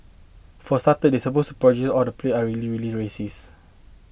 for starter the supposed protagonist all the play are really really racist